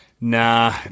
Nah